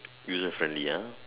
user friendly ya